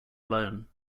alone